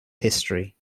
history